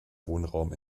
wohnraum